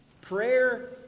Prayer